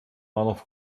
meiner